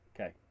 Okay